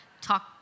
talk